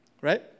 right